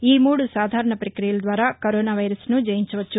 ఈ మూడు సాధారణ పక్రియల ద్వారా కరోనా వైరస్ను జయించవచ్చు